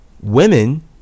women